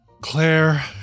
Claire